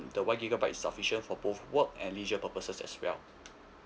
the one gigabyte is sufficient for both work and leisure purposes as well